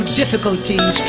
difficulties